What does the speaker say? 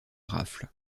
rafle